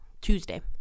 Tuesday